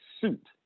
suit